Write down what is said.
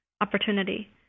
opportunity